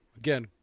Again